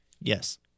Yes